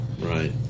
right